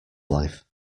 life